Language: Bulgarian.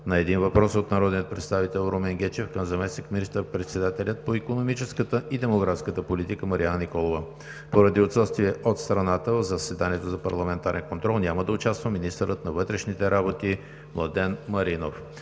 - един въпрос от народния представител Румен Гечев към заместник министър-председателя по икономическата и демографската политика Марияна Николова. Поради отсъствие от страната в заседанието за парламентарен контрол няма да участва министърът на вътрешните работи Младен Маринов.